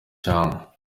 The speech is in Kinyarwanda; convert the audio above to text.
cyangwa